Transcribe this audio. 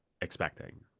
expecting